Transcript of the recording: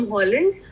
Holland